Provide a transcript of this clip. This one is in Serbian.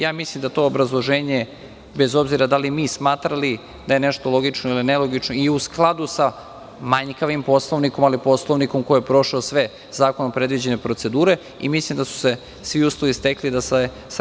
Ja mislim da to obrazloženje, bez obzira da li mi smatrali da je nešto logično ili nelogično i u skladu sa manjkavim Poslovnikom, ali Poslovnikom koji je prošao sve zakonom predviđene procedure, i mislim da su se sve uslovi stekli da se sa radom nastavi.